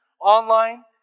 online